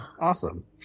awesome